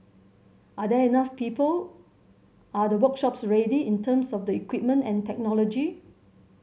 are there enough people are the workshops ready in terms of the equipment and technology